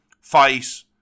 fight